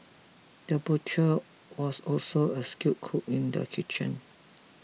the butcher was also a skilled cook in the kitchen